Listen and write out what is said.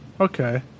Okay